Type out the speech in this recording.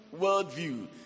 worldview